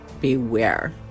beware